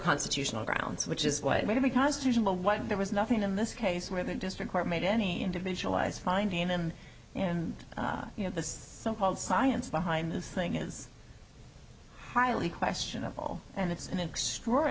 constitutional grounds which is why it may be constitutional what and there was nothing in this case where the district court made any individualized finding them and you know the so called science behind this thing is highly questionable and it's an extra